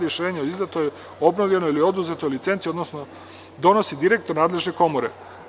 Rešenje o izdatoj, obnovljenoj ili oduzetoj licenci donosi direktor nadležne komore.